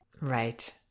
Right